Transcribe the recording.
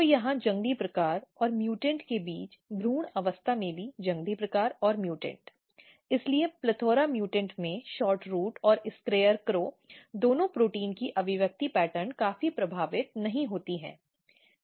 तो यहां जंगली प्रकार और म्यूटेंट के बीच भ्रूण अवस्था में भी जंगली प्रकार और म्यूटेंट इसलिए प्लीथोरा म्यूटेंट में SHORTROOT और SCARECROW दोनों प्रोटीन की अभिव्यक्ति पैटर्न काफी प्रभावित नहीं होती है